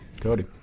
Cody